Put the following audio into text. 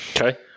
okay